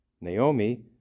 Naomi